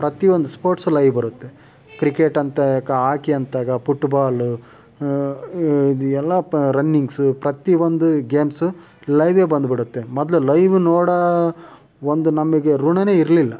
ಪ್ರತಿಯೊಂದು sports live ಬರುತ್ತೆ cricket ಅಂತೆ ಕ ಆಕಿ ಅಂತೆ ಕ ಪುಟ್ ಬಾಲು ಎಲ್ಲ ಪ ರನ್ನಿಂಗ್ಸು ಪ್ರತಿ ಒಂದು ಗೇಮ್ಸು ಲೈವೇ ಬಂದ್ಬಿಡುತ್ತೆ ಮೊದಲು ಲೈವ್ ನೋಡೋ ಒಂದು ನಮಗೆ ಋಣವೇ ಇರಲಿಲ್ಲ